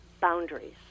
boundaries